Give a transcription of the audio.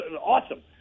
awesome